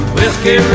Whiskey